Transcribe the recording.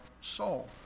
soul